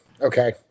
Okay